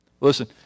Listen